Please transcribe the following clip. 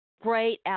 great